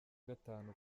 gatanu